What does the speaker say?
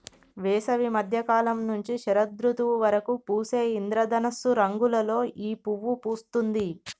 వేసవి మద్య కాలం నుంచి శరదృతువు వరకు పూసే ఇంద్రధనస్సు రంగులలో ఈ పువ్వు పూస్తుంది